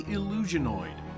Illusionoid